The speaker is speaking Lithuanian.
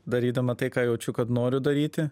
darydama tai ką jaučiu kad noriu daryti